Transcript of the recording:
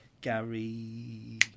Gary